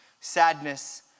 sadness